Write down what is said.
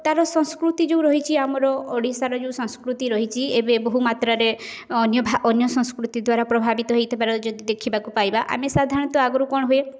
ତାର ସଂସ୍କୃତି ଯେଉଁ ରହିଛି ଆମର ଓଡ଼ିଶାର ଯେଉଁ ସଂସ୍କୃତି ରହିଛି ଏବେ ବହୁ ମାତ୍ରାରେ ଅନ୍ୟ ଅନ୍ୟ ସଂସ୍କୃତି ଦ୍ୱାରା ପ୍ରଭାବିତ ହେଇଥିବାର ଯଦି ଦେଖିବାକୁ ପାଇବା ଆମେ ସାଧାରଣତଃ ଆଗରୁ କ'ଣ ହୁଏ